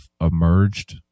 emerged